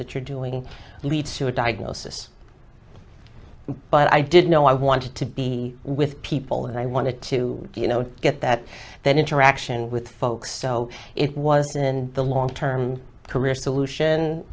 that you're doing leads to a diagnosis but i did know i wanted to be with people and i wanted to you know get that that interaction with folks so it was in the long term career solution